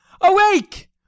Awake